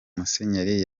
musenyeri